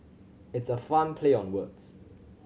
it's a fun play on words